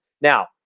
Now